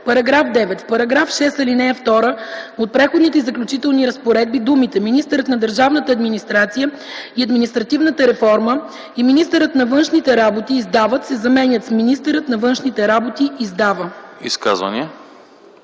§ 9: „§ 9. В § 6, ал. 2 от Преходните и заключителни разпоредби думите “Министърът на държавната администрация и административната реформа и министърът на външните работи издават” се заменят с “Министърът на външните работи издава”.”